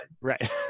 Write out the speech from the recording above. right